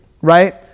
right